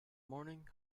morning